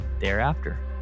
thereafter